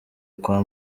kwa